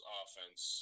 offense